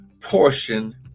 portion